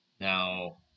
Now